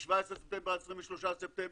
מ-17 בספטמבר עד 23 בספטמבר,